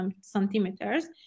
centimeters